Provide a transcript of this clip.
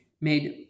made